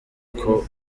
kuko